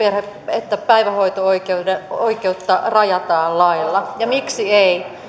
että päivähoito oikeutta rajataan lailla ja miksi ei